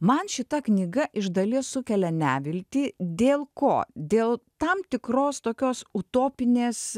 man šita knyga iš dalies sukelia neviltį dėl ko dėl tam tikros tokios utopinės